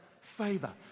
Favor